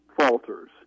falters